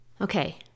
Okay